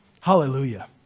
Hallelujah